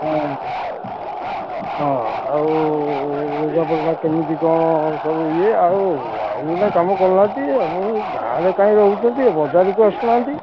ହଁ ହଁ ଆଉ ଲୁଗାପଟା କେମିତି କ'ଣ ସବୁ ଇଏ ଆଉ ଆଉ ଗୋଟେ କାମ କରୁନାହାଁନ୍ତି ଆପଣ ଗାଁରେ କାଇଁ ରହୁଛନ୍ତି ବଜାରକୁ ଆସୁନାହାଁନ୍ତି